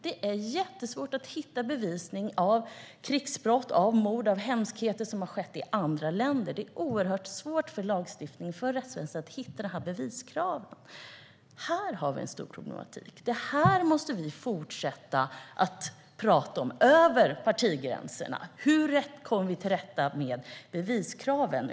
Det är jättesvårt att hitta bevisning av krigsbrott, mord och hemskheter som skett i andra länder. Det är oerhört svårt för lagstiftningen och för rättsväsendet att hitta beviskrav. Här har vi en stor problematik, och vi måste fortsätta att prata över partigränserna om hur vi kommer till rätta med beviskraven.